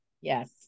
yes